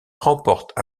remporte